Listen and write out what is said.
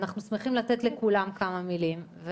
ואנחנו שמחים לתת לכולם כמה מילים.